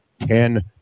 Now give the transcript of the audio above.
Ten